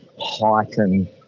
heighten